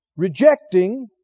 rejecting